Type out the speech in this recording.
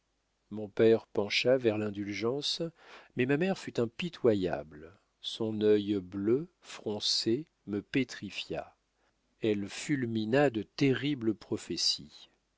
mon père pencha vers l'indulgence mais ma mère fut impitoyable son œil bleu foncé me pétrifia elle fulmina de terribles prophéties